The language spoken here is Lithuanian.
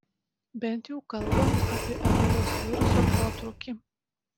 bent jau kalbant apie ebolos viruso protrūkį